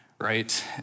right